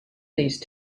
these